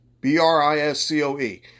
B-R-I-S-C-O-E